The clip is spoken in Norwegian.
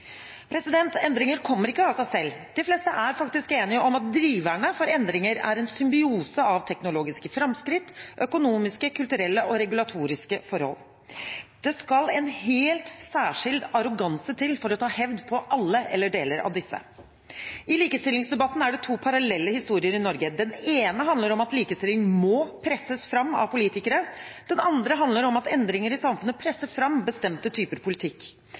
Endringer kommer ikke av seg selv. De fleste er faktisk enige om at driverne for endringer er en symbiose av teknologiske framskritt og økonomiske, kulturelle og regulatoriske forhold. Det skal en helt særskilt arroganse til for å ta hevd på alle eller deler av disse. I likestillingsdebatten er det to parallelle historier i Norge. Den ene handler om at likestilling må presses fram av politikere. Den andre handler om at endringer i samfunnet presser fram bestemte typer politikk.